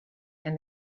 and